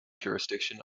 jurisdiction